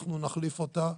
אנחנו נחליף אותה,